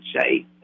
say